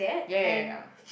ya ya ya ya